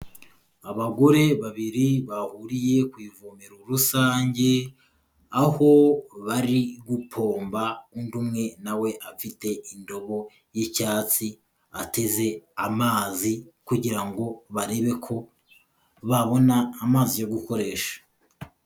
Abagore babiri bahuriye ku ivomero rusange, aho bari guhomba undi umwe nawe afite indobo y'icyatsi ateze amazi kugira ngo barebe ko babona amazi yo gukoresha.